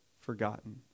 forgotten